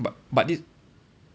but but this